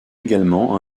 également